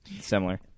similar